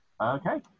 Okay